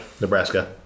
nebraska